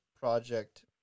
project